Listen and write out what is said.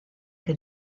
che